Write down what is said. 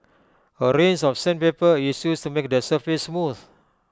A range of sandpaper is used to make the surface smooth